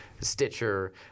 Stitcher